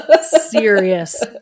serious